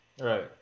Right